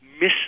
miss